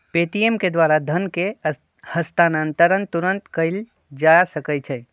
Paytm के द्वारा धन के हस्तांतरण तुरन्ते कएल जा सकैछइ